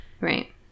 Right